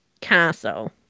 castle